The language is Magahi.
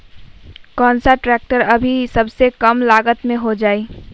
कौन सा ट्रैक्टर अभी सबसे कम लागत में हो जाइ?